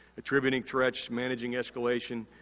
attributing threats, managing escalation,